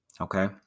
okay